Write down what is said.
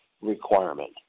requirement